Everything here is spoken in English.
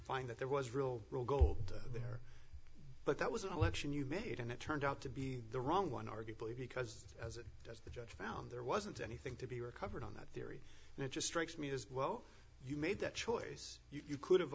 find that there was real real gold there but that was an election you made and it turned out to be the wrong one arguably because as the judge found there wasn't anything to be recovered on that theory and it just strikes me as well you made that choice you could have